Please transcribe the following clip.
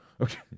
Okay